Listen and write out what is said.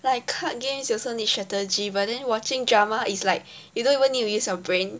like card games you also need strategy but then watching drama is like you don't even need to use your brain